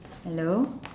hello